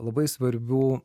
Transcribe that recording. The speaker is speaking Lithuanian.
labai svarbių